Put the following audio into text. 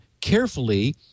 carefully